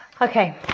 Okay